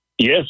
Yes